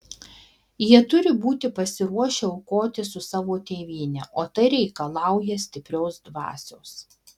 jie turi būti pasiruošę aukotis už savo tėvynę o tai reikalauja stiprios dvasios